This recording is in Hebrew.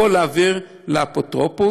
הכול להעביר לאפוטרופוס,